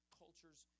cultures